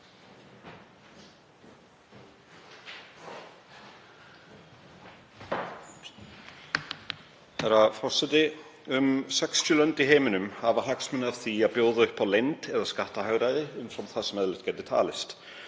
Herra forseti. Um 60 lönd í heiminum hafa hagsmuni af því að bjóða upp á leynd eða skattahagræði umfram það sem eðlilegt gæti talist.